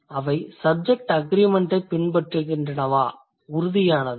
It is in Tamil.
அவை சப்ஜெக்ட் அக்ரிமெண்ட்டைப் பின்பற்றுகின்றனவா உறுதியானதா